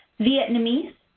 vietnamese,